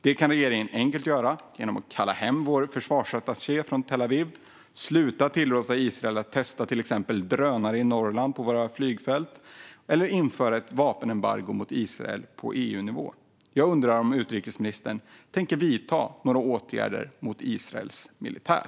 Det kan regeringen enkelt göra genom att kalla hem vår försvarsattaché från Tel Aviv, genom att sluta tillåta Israel att testa till exempel drönare på våra flygfält i Norrland och genom att införa ett vapenembargo mot Israel på EU-nivå. Jag undrar om utrikesministern tänker vidta några åtgärder mot Israels militär?